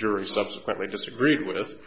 jury subsequently disagreed with